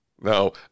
no